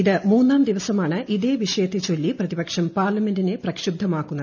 ഇത് മൂന്നാം ദിവസമാണ് ഇതേ വിഷയത്തെ ചൊല്ലി പ്രതിപക്ഷം പാർലമെന്റിനെ പ്രക്ഷുബ്ദമാക്കുന്നത്